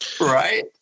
Right